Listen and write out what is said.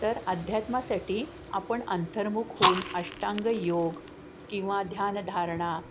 तर अध्यात्मासाठी आपण अंतर्मुख होऊन अष्टांगयोग किंवा ध्यानधारणा